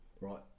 right